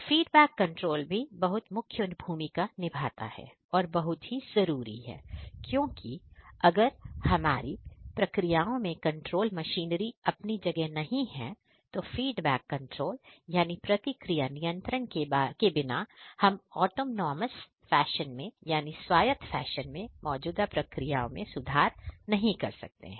feedback control अपनी जगह नहीं है तो फीडबैक कंट्रोल यानी प्रतिक्रिया नियंत्रण के बिना हम एक ऑटोनॉमस फैशन में यानी स्वायत्त फैशन में मौजूदा प्रक्रियाओं में सुधार नहीं कर सकते हैं